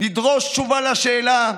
נדרוש תשובה על השאלה: